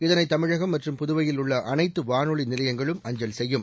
இதனை தமிழகம் மற்றும் புதுவையில் உள்ள அனைத்து வானொலி நிலையங்களும் அஞ்சல் செய்யும்